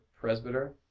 presbyter